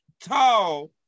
tall